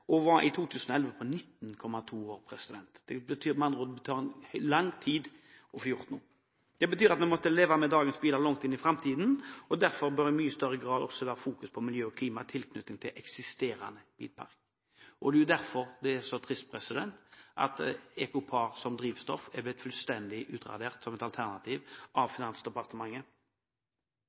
og var i 2011 19,2 år. Det betyr at det tar lang tid å få gjort noe, at vi vil måtte leve med dagens biler langt inn i framtiden. Derfor bør det i mye større grad også fokuseres på miljø og klima i tilknytning til eksisterende bilpark. Derfor er det så trist at EcoPar som et alternativt drivstoff er blitt fullstendig utradert